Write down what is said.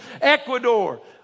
Ecuador